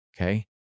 Okay